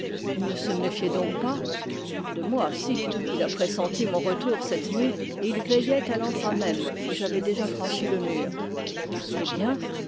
il ne se méfiait donc pas de moi si il a pressenti mon retour cette nuit et il veillait à l'endroit même où j'avais déjà franchi le mur eh bien